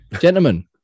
gentlemen